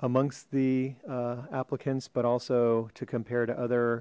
amongst the applicants but also to compare to other